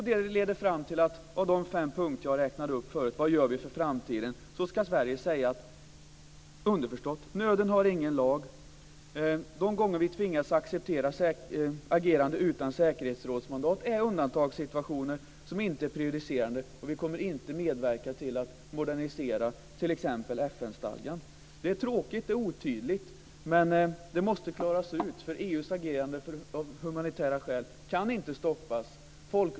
Det leder fram till att på de fem punkter jag räknade upp tidigare om vad vi gör för framtiden, ska Sverige säga underförstått: Nöden har ingen lag. De gånger som vi tvingas acceptera agerande utan säkerhetsrådsmandat är undantagssituationer som inte är prejudicerande, och vi kommer inte att medverka till att modernisera t.ex. FN-stadgan. Det är tråkigt, och det är otydligt. Men det måste klaras ut, eftersom EU:s agerande av humanitära skäl inte kan stoppas.